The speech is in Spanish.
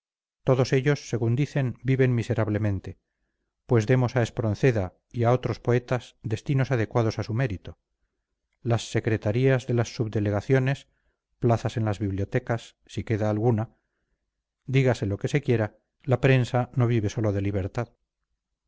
todos ellos según dicen viven miserablemente pues demos a espronceda y a otros poetas destinos adecuados a su mérito las secretarías de las subdelegaciones plazas en las bibliotecas si queda alguna dígase lo que se quiera la prensa no vive sólo de libertad